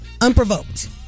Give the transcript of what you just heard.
Unprovoked